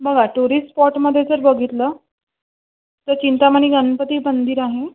बघा टुरिस्ट स्पॉटमध्ये जर बघितलं तर चिंतामणी गणपती मंदिर आहे